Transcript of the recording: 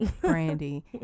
Brandy